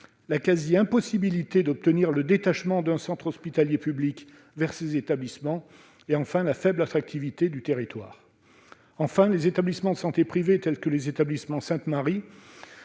la quasi-impossibilité d'obtenir le détachement d'un centre hospitalier public vers ces établissements et, enfin, la faible attractivité du territoire. Enfin, les établissements de santé privés, tels que le centre Sainte-Marie,